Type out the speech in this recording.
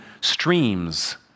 streams